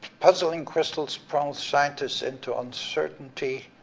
puzzling crystals plunge scientists into uncertainty.